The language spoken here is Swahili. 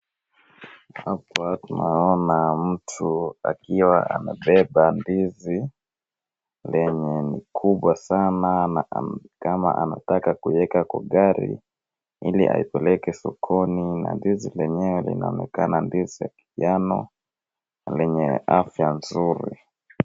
Hapa tunaona mtu akiwa anabeba ndizi yenye ni kubwa sana nikama anataka kuiweka kwa gari ili aipeleke sokoni na ndizi lenyewe linaonekana ndizi ya kijani lenye afya nzuri.